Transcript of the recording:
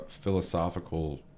philosophical